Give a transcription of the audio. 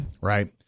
Right